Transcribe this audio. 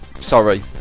sorry